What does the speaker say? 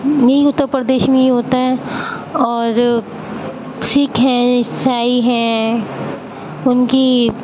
یہی اتر پردیش میں یہ ہوتا ہے اور سکھ ہیں عیسائی ہیں ان کی